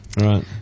Right